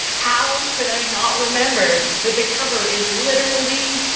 how could i not remember that the cover is literally,